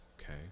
Okay